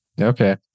Okay